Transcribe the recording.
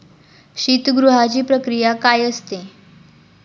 शीतगृहाची प्रक्रिया काय असते?